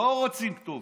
לא רוצים כתובת,